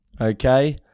Okay